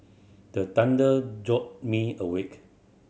the thunder jolt me awake